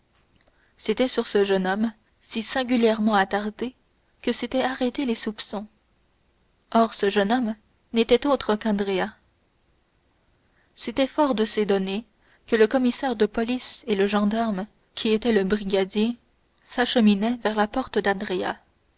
c'était sur ce jeune homme si singulièrement attardé que s'étaient arrêtés les soupçons or ce jeune homme n'était autre qu'andrea c'était forts de ces données que le commissaire de police et le gendarme qui était un brigadier s'acheminaient vers la porte d'andrea